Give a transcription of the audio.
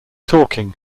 talking